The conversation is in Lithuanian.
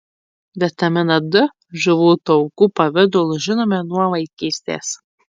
vitaminą d žuvų taukų pavidalu žinome nuo vaikystės